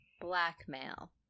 blackmail